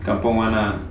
kampung [one] lah